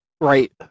Right